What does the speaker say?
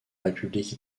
république